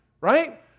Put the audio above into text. right